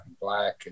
Black